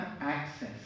access